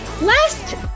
Last